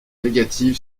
négative